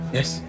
Yes